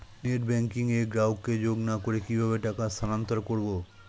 Net banking এ গ্রাহককে যোগ না করে কিভাবে টাকা স্থানান্তর করব?